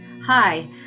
Hi